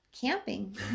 camping